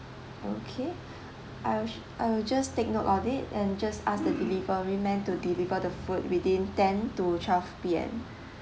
okay I'll I will just take note on it and just ask the delivery men to deliver the food within ten to twelve P_M